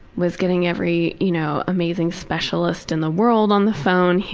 was getting every, you know, amazing specialist in the world on the phone.